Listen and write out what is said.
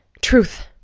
Truth